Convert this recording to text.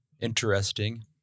interesting